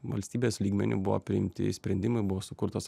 valstybės lygmeniu buvo priimti sprendimai buvo sukurtos